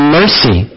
mercy